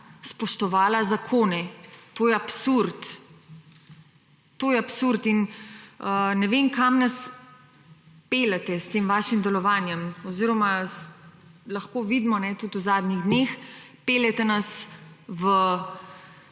spoštovala zakone. To je absurd. To je absurd in ne vem, kam nas peljete s tem vašim delovanjem oziroma, lahko vidimo, kajne, tudi v zadnjih dneh, peljete nas v